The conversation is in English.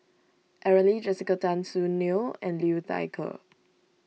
Aaron Lee Jessica Tan Soon Neo and Liu Thai Ker